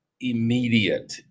immediate